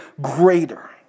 greater